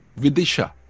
Vidisha